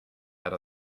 out